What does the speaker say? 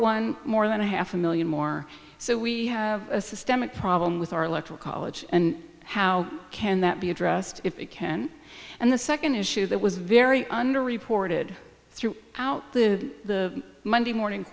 won more than half a million more so we have a systemic problem with our electoral college and how can that be addressed if it can and the second issue that was very under reported threw out the monday morning